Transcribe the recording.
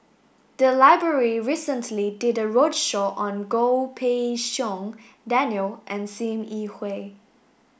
the library recently did a roadshow on Goh Pei Siong Daniel and Sim Yi Hui